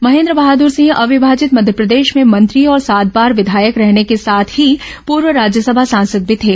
महेन्द्र बहादुर सिंह अविमाजित मध्यप्रदेश में मंत्री और सात बार विधायक रहने के साथ ही पूर्व राज्यसभा सांसद भी थे